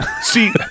See